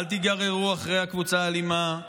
אל תיגררו אחרי הקבוצה האלימה.